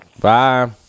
Bye